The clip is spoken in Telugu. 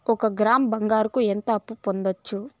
ఒక గ్రాము బంగారంకు ఎంత అప్పు పొందొచ్చు